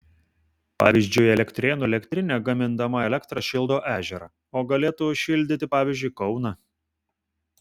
pavyzdžiui elektrėnų elektrinė gamindama elektrą šildo ežerą o galėtų šildyti pavyzdžiui kauną